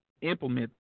implement